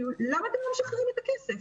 למה אתם לא משחררים את הכסף?